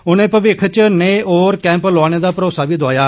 उनें भविक्ख च नेह होर कैंप लोआने दा भरोसा बी दोआया